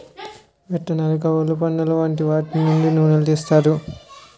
విత్తనాలు, కొవ్వులు, పండులు వంటి వాటి నుండి నూనెలు తీస్తారు